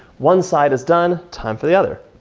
one side has done, time for the other.